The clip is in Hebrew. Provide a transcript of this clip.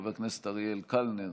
חבר הכנסת אריאל קלנר,